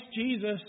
Jesus